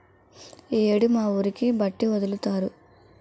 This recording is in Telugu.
ఈ యేడు మా ఊరికి బట్టి ఒదులుతారు